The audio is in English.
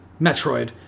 Metroid